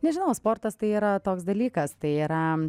nežinau sportas tai yra toks dalykas tai yra